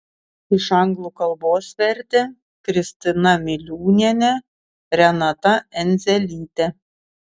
iš anglų kalbos vertė kristina miliūnienė renata endzelytė